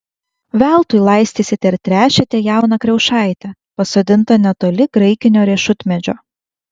veltui laistysite ir tręšite jauną kriaušaitę pasodintą netoli graikinio riešutmedžio